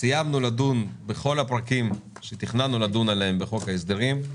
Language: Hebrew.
סיימנו לדון בכל הפרקים שתכננו לדון עליהם בחוק ההסדרים,